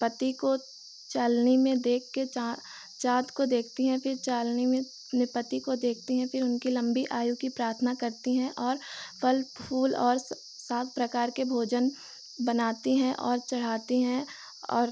पति को छलनी में देखकर चाँ चाँद को देखती हैं फ़िर छलनी में अपने पति को देखती हैं फ़िर उनकी लम्बी आयु की प्राथना करती हैं और फल फूल और साग प्रकार के भोजन बनाती हैं और चढ़ाती हैं और